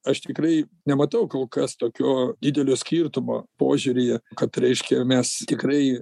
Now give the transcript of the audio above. aš tikrai nematau kol kas tokio didelio skirtumo požiūryje kad reiškia mes tikrai